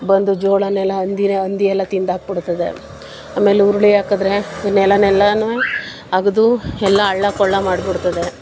ಬಂದು ಜೋಳನೆಲ್ಲ ಹಂದಿಯೇ ಹಂದಿ ಎಲ್ಲ ತಿಂದಾಕ್ಬಿಡ್ತದೆ ಆಮೇಲೆ ಉರುಳಿ ಹಾಕದ್ರೆ ನೆಲನೆಲ್ಲಾನೂ ಅಗೆದು ಎಲ್ಲ ಹಳ್ಳ ಕೊಳ್ಳ ಮಾಡ್ಬಿಡ್ತದೆ